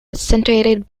accentuated